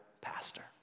pastor